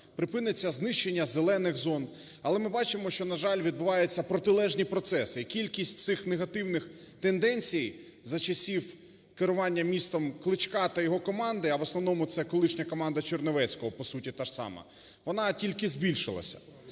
припиниться знищення зелених зон. Але ми бачимо, що, на жаль, відбуваються протилежні процеси. І кількість цих негативних тенденцій за часів керування містом Кличка та його команди, а в основному це колишня команда Черновецького, по суті, та ж сама, вона тільки збільшилася.